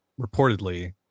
reportedly